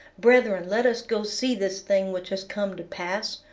brethren, let us go see this thing which has come to pass.